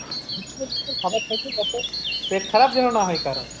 পেট খারাপ যেন না হয় কারোর